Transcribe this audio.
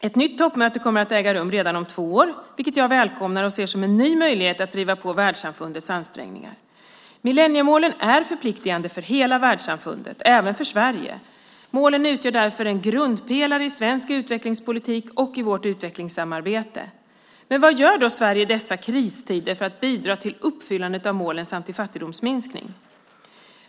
Ett nytt toppmöte kommer att äga rum redan om två år, vilket jag välkomnar och ser som en ny möjlighet att driva på världssamfundets ansträngningar. Millenniemålen är förpliktande för hela världssamfundet, även för Sverige. Målen utgör därför en grundpelare i svensk utvecklingspolitik och i vårt utvecklingssamarbete. Men vad gör då Sverige i dessa kristider för att bidra till uppfyllandet av målen samt till fattigdomsminskning?